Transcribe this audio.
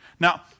Now